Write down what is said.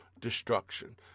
destruction